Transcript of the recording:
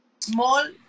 small